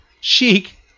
chic